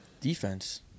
Defense